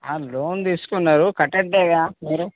ఆ లోన్ తీసుకున్నారు కట్టట్లేదా మీరు